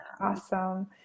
Awesome